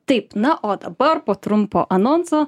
taip na o dabar po trumpo anonso